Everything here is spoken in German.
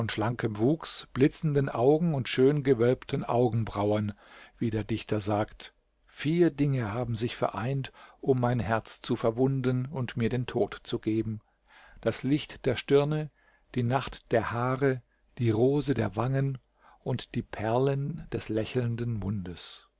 schlankem wuchs blitzenden augen und schön gewölbten augenbrauen wie der dichter sagt vier dinge haben sich vereint um mein herz zu verwunden und mir den tod zu geben das licht der stirne die nacht der haare die rose der wangen und die perlen des lächelnden mundes